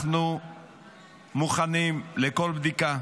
אנחנו מוכנים לכל בדיקה